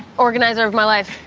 organizer of my life.